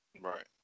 Right